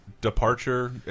departure